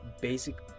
basic